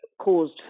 caused